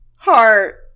Heart